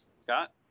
scott